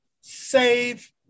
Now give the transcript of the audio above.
save